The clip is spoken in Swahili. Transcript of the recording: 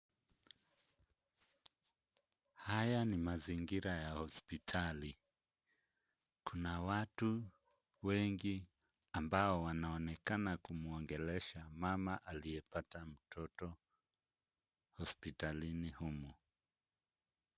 Haya ni mazingira ya hospitali, kuna watu wengi ambao wanaonekana kumuongelesha mama aliyepata mtoto hospitalini humu.